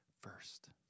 first